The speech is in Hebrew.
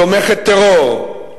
תומכת טרור,